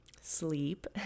sleep